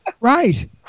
Right